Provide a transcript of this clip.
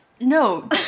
No